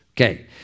Okay